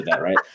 Right